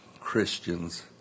Christians